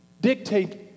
dictate